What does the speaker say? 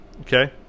Okay